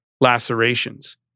lacerations